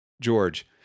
George